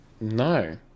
No